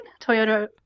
Toyota